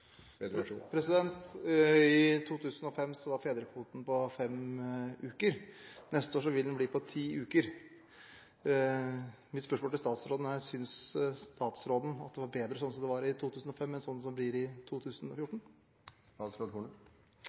barn trenger. I 2005 var fedrekvoten på fem uker. Neste år vil den bli på ti uker. Mitt spørsmål til statsråden er: Synes statsråden at det var bedre sånn som det var i 2005, enn sånn som det blir i 2014?